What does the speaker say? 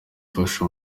ufashe